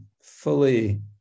fully